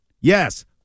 yes